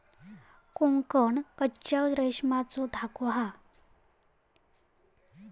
कोकन कच्च्या रेशमाचो धागो हा